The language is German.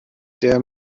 der